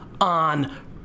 on